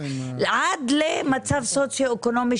מערכת הרווחה יודעת לתת פתרונות.